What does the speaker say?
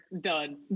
Done